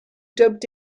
dubbed